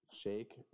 Shake